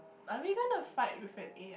are we gonna fight with an a_i